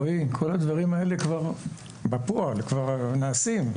רועי, כל הדברים האלה כבר בפועל, כבר נעשים.